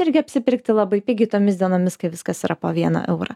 irgi apsipirkti labai pigiai tomis dienomis kai viskas yra po vieną eurą